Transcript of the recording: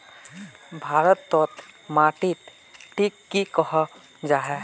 भारत तोत माटित टिक की कोहो जाहा?